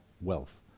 wealth